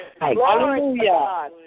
Hallelujah